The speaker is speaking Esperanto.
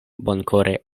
bonkore